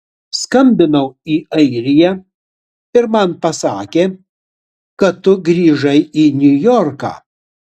skambinau į airiją ir man pasakė kad tu grįžai į niujorką